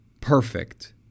perfect